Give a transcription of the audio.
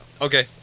Okay